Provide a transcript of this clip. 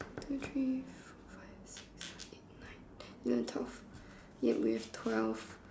two three four five six seven eight nine ten eleven twelve it has twelve